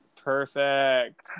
Perfect